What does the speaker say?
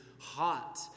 hot